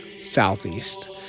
southeast